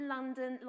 London